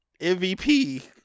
MVP